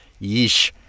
yeesh